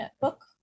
book